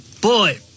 boy